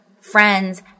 friends